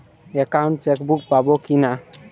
Account chequebook পাবো কি না?